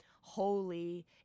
holy